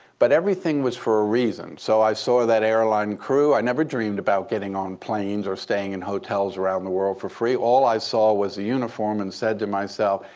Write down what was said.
but everything was for a reason. so i saw that airline crew. i never dreamed about getting on planes or staying in hotels around the world for free. all i saw was a uniform and said to myself,